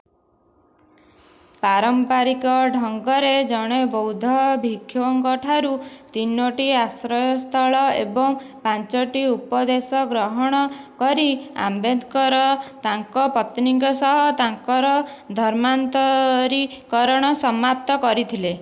ପାରମ୍ପରିକ ଢଙ୍ଗରେ ଜଣେ ବୌଦ୍ଧ ଭିକ୍ଷୁଙ୍କଠାରୁ ତିନୋଟି ଆଶ୍ରୟସ୍ଥଳ ଏବଂ ପାଞ୍ଚଟି ଉପଦେଶ ଗ୍ରହଣ କରି ଆମ୍ବେଦକର ତାଙ୍କ ପତ୍ନୀଙ୍କ ସହ ତାଙ୍କର ଧର୍ମାନ୍ତରୀକରଣ ସମାପ୍ତ କରିଥିଲେ